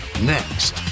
Next